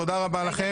תודה רבה לכם.